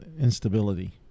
instability